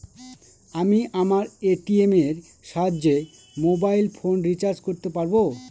আমি আমার এ.টি.এম এর সাহায্যে মোবাইল ফোন রিচার্জ করতে পারব?